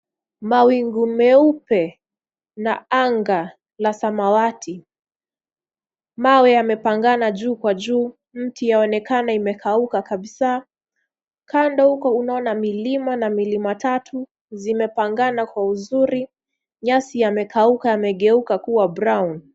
Mawingu meupe na anga la samawati. Mawe yamepangana juu kwa juu, miti yaonekana yamekauka kabisa. Kando huko unaona milima na milima tatu zimepangana kwa uzuri, nyasi yamekauka yamegeuka kuwa brown .